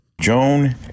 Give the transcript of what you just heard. Joan